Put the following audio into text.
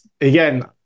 Again